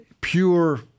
pure